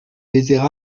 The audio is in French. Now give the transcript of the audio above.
baisers